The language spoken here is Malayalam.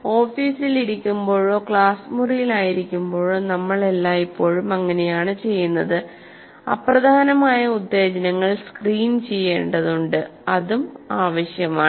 ഓഫീസിൽ ഇരിക്കുമ്പോഴോ ക്ലാസ് മുറിയിൽ ആയിരിക്കുമ്പോഴോ നമ്മൾ എല്ലായ്പ്പോഴും അങ്ങിനെയാണ് ചെയ്യുന്നത് അപ്രധാനമായ ഉത്തേജനങ്ങൾ സ്ക്രീൻ ചെയ്യേണ്ടതുണ്ട് അതും ആവശ്യമാണ്